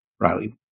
Riley